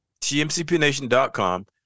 tmcpnation.com